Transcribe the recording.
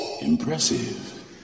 Impressive